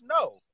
No